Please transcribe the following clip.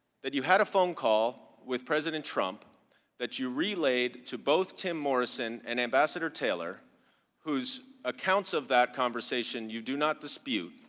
you had a phone call with president trump that you relayed to both tim morrison and ambassador taylor whose accounts of that conversation you do not dispute.